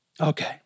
Okay